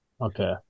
Okay